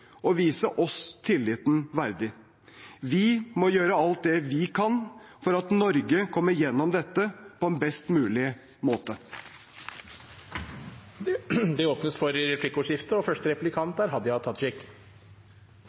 vise oss tilliten verdig. Vi må gjøre alt det vi kan for at Norge kommer gjennom dette på en best mulig måte. Det blir replikkordskifte. Eg vil takka regjeringspartia for